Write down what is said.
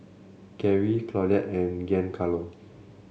Garry Claudette and Giancarlo